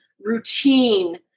routine